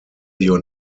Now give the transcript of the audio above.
your